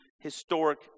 historic